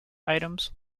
items